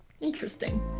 interesting